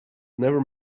never